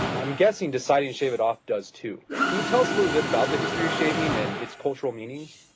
i'm guessing deciding to shave it off does too, can you tell us a little bit about the history of shaving and its cultural meanings?